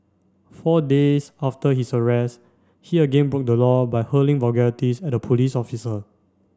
four days after his arrest he again broke the law by hurling vulgarities at a police officer